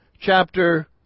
chapter